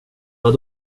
vad